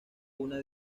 una